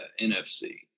NFC